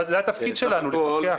זה התפקיד שלנו, לפקח.